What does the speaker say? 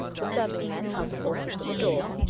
the serving-men held the horses at the door.